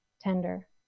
tender